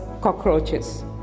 cockroaches